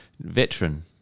veteran